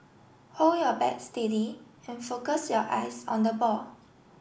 hold your bat steady and focus your eyes on the ball